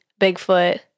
Bigfoot